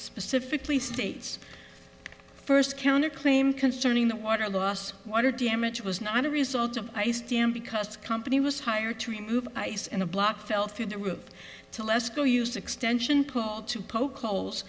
specifically states first counter claim concerning the water loss water damage was not a result of ice dam because the company was hired to remove ice and a block fell through the roof to less school used extension pole to poke holes